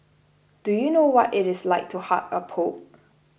do you know what it is like to hug a pope